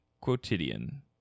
quotidian